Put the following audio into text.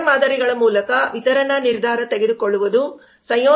ಸ್ಥಳ ಮಾದರಿಗಳ ಮೂಲಕ ವಿತರಣಾ ನಿರ್ಧಾರ ತೆಗೆದುಕೊಳ್ಳುವುದು